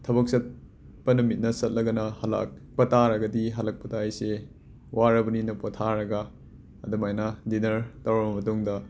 ꯊꯕꯛ ꯆꯠꯄ ꯅꯨꯃꯤꯠꯅ ꯆꯠꯂꯒꯅ ꯍꯜꯂꯛꯄ ꯇꯥꯔꯒꯗꯤ ꯍꯜꯂꯛꯄꯗ ꯑꯩꯁꯦ ꯋꯥꯔꯕꯅꯤꯅ ꯄꯣꯊꯥꯔꯒ ꯑꯗꯨꯃꯥꯏꯅ ꯗꯤꯟꯅꯔ ꯇꯧꯔꯕ ꯃꯇꯨꯡꯗ